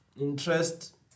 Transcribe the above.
interest